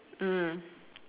then the ball is on the floor